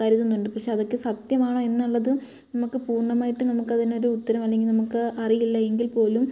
കരുതുന്നുണ്ട് പക്ഷെ അതൊക്കെ സത്യമാണോ എന്നുള്ളതും നമുക്ക് പൂർണമായിട്ടും നമുക്കതിനൊരു ഉത്തരം അല്ലെങ്കിൽ നമുക്ക് അറിയില്ല എങ്കിൽ പോലും